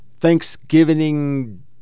Thanksgiving